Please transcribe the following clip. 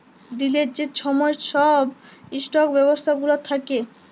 দিলের যে ছময় ছব ইস্টক ব্যবস্থা গুলা থ্যাকে